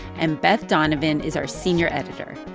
and beth donovan is our senior editor.